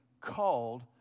called